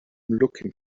looking